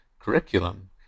curriculum